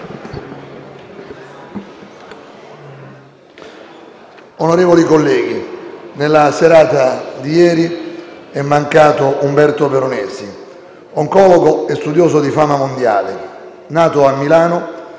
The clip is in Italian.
Onorevoli colleghi, nella serata di ieri è mancato Umberto Veronesi, oncologo e studioso di fama mondiale. Nato a Milano